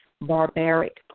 barbaric